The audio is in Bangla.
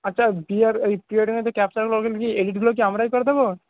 আচ্ছা বিয়ের ওই প্রি ওয়েডিংয়ের যে ক্যাপচারগুলো ওইগুলো কি এডিটগুলো কি আমরাই করে দেব